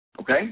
okay